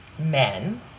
men